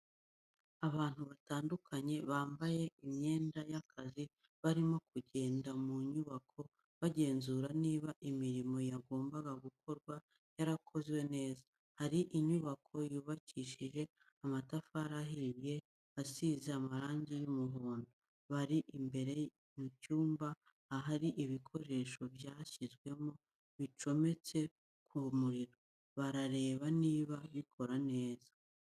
Abantu batandukanye bambaye imyenda y'akazi barimo kugenda mu nyubako bagenzura niba imirimo yagombaga gukorwa yarakozwe neza, hari inyubako yubakishije amatafari ahiye isize amarangi y'umuhondo, bari imbere mu cyumba ahari ibikoresho byashyizwemo bicometse ku muriro, barareba niba bikora neza.